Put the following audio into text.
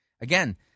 Again